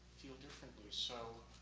feel differently. so,